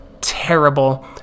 terrible